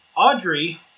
Audrey